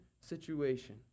situation